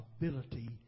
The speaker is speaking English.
ability